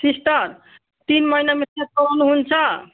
sister तिन महिनामा check गराउनु हुन्छ